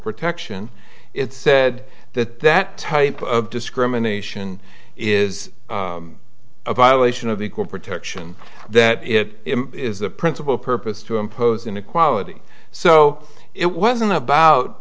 protection it said that that type of discrimination is a violation of equal protection that it is the principle purpose to impose inequality so it wasn't about